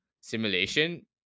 simulation